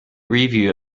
review